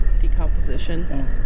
decomposition